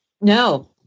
No